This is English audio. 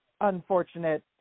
unfortunate